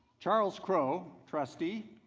charles crow trustee,